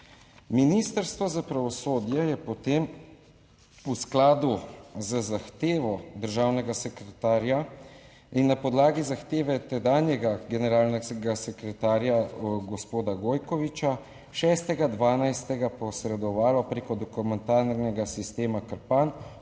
Ministrstvo za pravosodje je potem v skladu z zahtevo državnega sekretarja in na podlagi zahteve tedanjega generalnega sekretarja gospoda Gojkoviča 6. 12. posredovalo preko dokumentarnega sistema Krpan